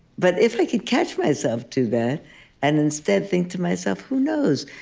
but if like could catch myself do that and instead think to myself, who knows,